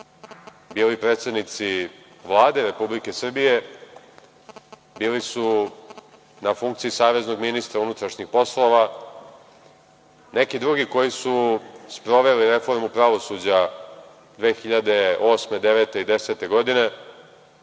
bili predsednici Vlade Republike Srbije, bili su na funkciji saveznog ministra unutrašnjih poslova, neki drugi koji su sproveli reformu pravosuđa 2008, 2009. i 2010. godine,